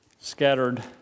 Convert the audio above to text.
scattered